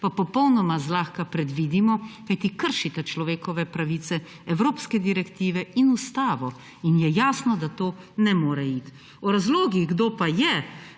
pa popolnoma zlahka predvidimo, kajti kršite človekove pravice, evropske direktive in ustavo. In je jasno, da to ne more iti. O razlogih, kdo pa je